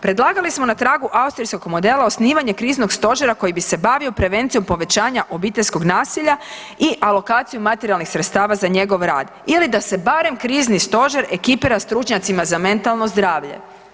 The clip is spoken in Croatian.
Predlagali smo na tragu austrijskog modela osnivanje kriznog stožera koji bi se bavio prevencijom povećanja obiteljskog nasilja i alokacijom materijalnih sredstava za njegov rad ili da se barem krizni stožer ekipira stručnjacima za mentalno zdravlje.